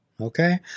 Okay